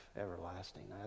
everlasting